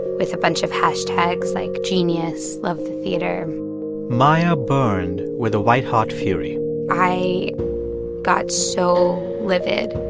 with a bunch of hashtags like genius, love the theater maia burned with a white-hot fury i got so livid.